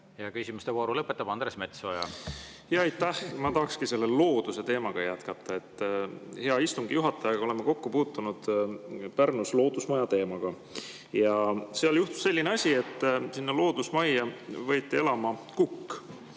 taha. Küsimuste vooru lõpetab Andres Metsoja. Aitäh! Ma tahakski looduse teemaga jätkata. Hea istungi juhatajaga oleme kokku puutunud Pärnus loodusmaja teemaga. Seal juhtus selline asi, et loodusmajja võeti elama kukk.